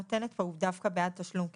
נותנת פה הוא דווקא בעד תשלום קצבאות.